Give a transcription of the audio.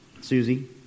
Susie